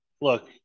look